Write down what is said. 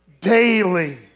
daily